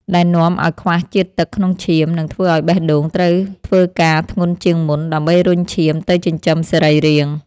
ដែលនាំឱ្យខ្វះជាតិទឹកក្នុងឈាម និងធ្វើឱ្យបេះដូងត្រូវធ្វើការធ្ងន់ជាងមុនដើម្បីរុញឈាមទៅចិញ្ចឹមសរីរាង្គ។